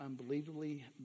unbelievably